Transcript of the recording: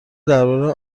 درباره